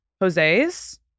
Jose's